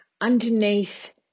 underneath